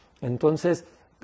Entonces